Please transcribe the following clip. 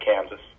Kansas